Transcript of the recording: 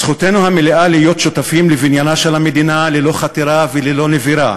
זכותנו המלאה להיות שותפים לבניינה של המדינה ללא חתירה וללא נבירה,